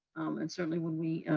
and certainly when we,